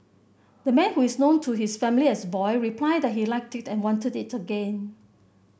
the man who is known to his family as Boy replied that he liked it and wanted it again